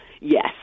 Yes